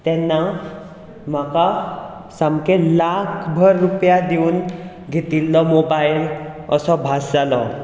तेन्ना म्हाका सामकें लाखभर रुपया दिवन घेतिल्लो मोबायल असो भास जालो